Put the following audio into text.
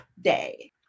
day